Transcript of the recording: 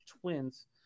Twins